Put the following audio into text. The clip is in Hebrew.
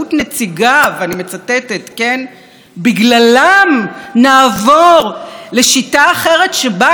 "בגללם נעבור לשיטה אחרת שבה העם לא יהיה הריבון" גם זה ציטוט.